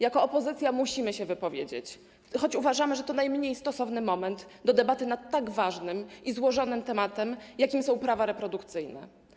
Jako opozycja musimy się wypowiedzieć, choć uważamy, że to najmniej stosowny moment na debatę nad tak ważnym i złożonym tematem, jakim są prawa reprodukcyjne.